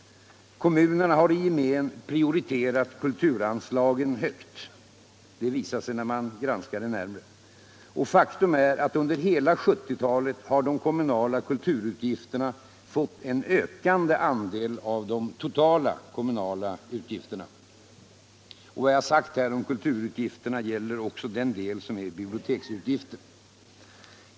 Kommunerna har i gemen prioriterat kulturanslagen högt — det visar sig när man granskar dem närmare. Och faktum är att under hela 1970-talet har kulturutgifterna fått en ökande andel av de totala kommunala utgifterna. Vad jag har sagt här om kulturutgifterna gäller också den del som är biblioteksutgifter.